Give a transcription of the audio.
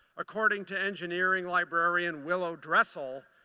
according to engineering librarian will o'dressel,